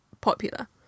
popular